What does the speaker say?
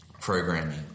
programming